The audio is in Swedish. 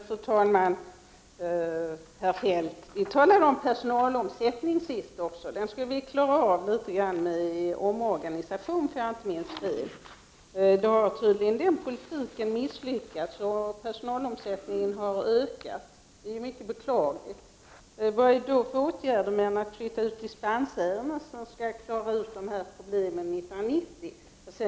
Fru talman! Vi talade om personalomsättningen sist också, herr Feldt. Den skulle vi klara av med omorganisation, om jag inte minns fel. Den politiken har då tydligen misslyckats och personalomsättningen ökat. Det är mycket beklagligt. Vad är det då för åtgärder, utöver att flytta ut dispensärendena, som skall lösa problemen 1990?